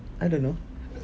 I don't know